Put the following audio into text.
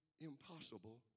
impossible